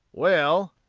well,